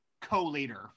co-leader